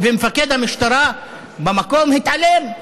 ומפקד המשטרה במקום התעלל.